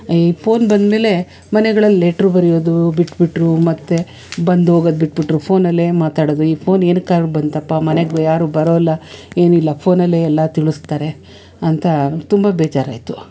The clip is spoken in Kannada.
ಈ ಪೋನ್ ಬಂದಮೇಲೆ ಮನೆಗಳಲ್ಲಿ ಲೆಟ್ರು ಬರೆಯೋದು ಬಿಟ್ಬಿಟ್ರು ಮತ್ತು ಬಂದೋಗೋದು ಬಿಟ್ಬಿಟ್ರು ಫೋನಲ್ಲೇ ಮಾತಾಡೋದು ಈ ಫೋನ್ ಏನಕ್ಕಾರು ಬಂತಪ್ಪ ಮನೆಗೆ ಯಾರು ಬರೋಲ್ಲ ಏನಿಲ್ಲ ಫೋನಲ್ಲೇ ಎಲ್ಲ ತಿಳಿಸ್ತಾರೆ ಅಂತ ತುಂಬ ಬೇಜಾರಾಯ್ತು